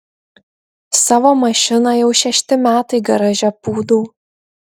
savo mašiną jau šešti metai garaže pūdau